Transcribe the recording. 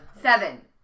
Seven